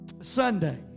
Sunday